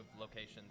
locations